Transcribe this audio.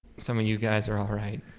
some of you guys are um right